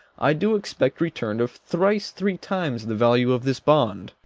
i do expect return of thrice three times the value of this bond.